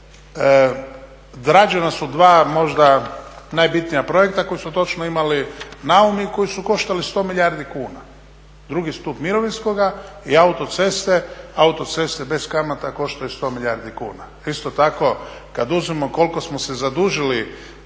rađena su dva možda najbitnija projekta koji su točno imali naum i koji su koštali 100 milijardi kuna, drugi stup mirovinskoga i autoceste. Autoceste bez kamata koštaju 100 milijardi kuna. Isto tako kada uzmemo koliko smo se zadužili